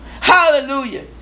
Hallelujah